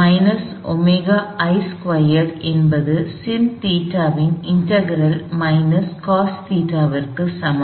minus omega i squared என்பது sin தீட்டாவின் integral minus cos தீட்டாவுக்கு சமம்